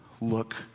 Look